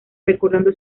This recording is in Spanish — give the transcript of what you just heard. recordando